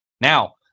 Now